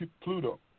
Pluto